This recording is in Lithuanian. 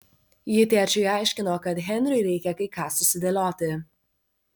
ji tėčiui aiškino kad henriui reikia kai ką susidėlioti